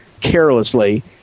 carelessly